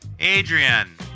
Adrian